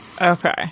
okay